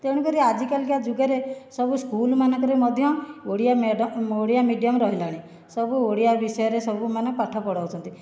ତେଣୁ କରି ଆଜିକାଲି କା ଯୁଗରେ ସବୁ ସ୍କୁଲ ମାନଙ୍କର ରେ ମଧ୍ୟ ଓଡ଼ିଆ ମିଡିୟମ ରହିଲାଣି ସବୁ ଓଡ଼ିଆ ବିଷୟରେ ସବୁ ମାନେ ପାଠ ପଢ଼ାଉଛନ୍ତି